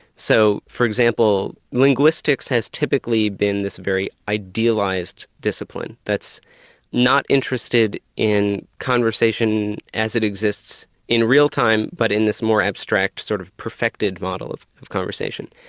so for example, linguistics has typically been this very idealised discipline, that's not interested in conversation as it exists in real time, but in this more abstract sort of perfected model of of conversation.